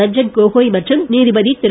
ரஞ்சன் கோகோய் மற்றும் நீதிபதி திரு